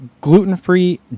gluten-free